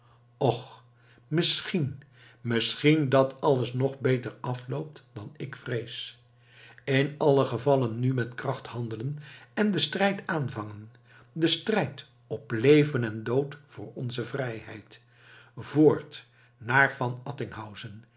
och misschien misschien dat alles nog beter afloopt dan ik vrees in alle gevallen nu met kracht handelen en den strijd aanvangen den strijd op leven en dood voor onze vrijheid voort naar van